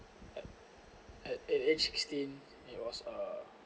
at at at age sixteen it was a